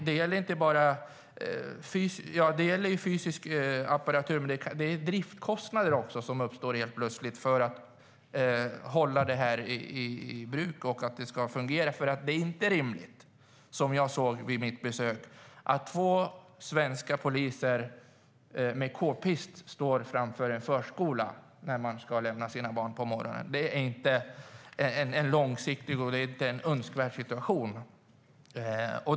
Det krävs apparatur, och det uppstår också höga driftskostnader för att allt ska fungera. Det är inte rimligt, som jag såg vid mitt besök, att två svenska poliser med kpist står framför en förskola när man ska lämna sina barn på morgonen. Det är inte en långsiktig och önskvärd situation.